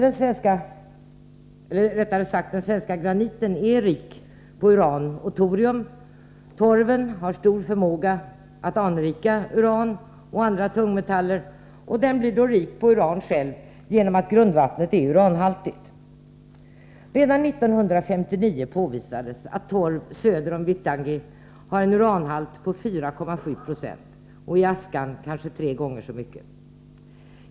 Den svenska graniten är rik på uran och torium. Torven, som har stor förmåga att anrika uran och andra tungmetaller, är i sig rik på uran därför att grundvattnet är uranhaltigt. Redan 1959 påvisades att torv söder om Vittangi har en uranhalt på 4,7 90 och torvaskan kanske tre gånger så mycket.